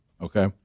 Okay